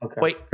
Wait